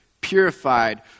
purified